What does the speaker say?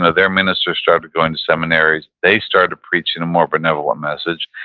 ah their ministers started going to seminaries, they started preaching a more benevolent message,